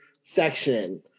section